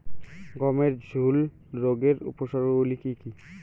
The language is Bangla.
গমের ঝুল রোগের উপসর্গগুলি কী কী?